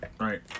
Right